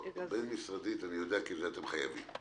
בין משרדית אני יודעת, כי אתם חייבים.